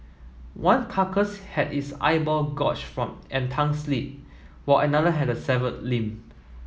one carcass had its eyeball gorged and tongue slit while another had a severed limb